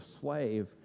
slave